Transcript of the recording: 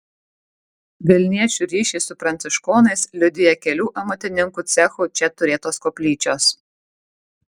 vilniečių ryšį su pranciškonais liudija kelių amatininkų cechų čia turėtos koplyčios